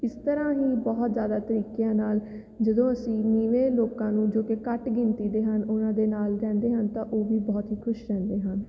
ਇਸ ਤਰ੍ਹਾਂ ਹੀ ਬਹੁਤ ਜ਼ਿਆਦਾ ਤਰੀਕਿਆਂ ਨਾਲ ਜਦੋਂ ਅਸੀਂ ਨੀਵੇਂ ਲੋਕਾਂ ਨੂੰ ਜੋ ਕਿ ਘੱਟ ਗਿਣਤੀ ਦੇ ਹਨ ਉਹਨਾਂ ਦੇ ਨਾਲ ਰਹਿੰਦੇ ਹਨ ਤਾਂ ਉਹ ਵੀ ਬਹੁਤ ਹੀ ਖੁਸ਼ ਰਹਿੰਦੇ ਹਨ